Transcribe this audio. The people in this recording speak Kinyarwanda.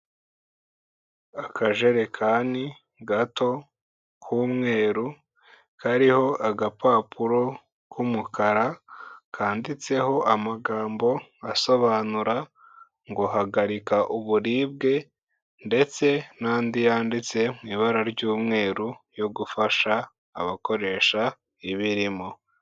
Akajerekani gato k'umweru kariho agapapuro k'umukara kanditseho amagambo asobanura ngo hagarika uburibwe ndetse n'andi yanditse mu ibara ry'umweru yo gufasha abakoresha ibimo.